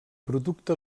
producte